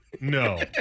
No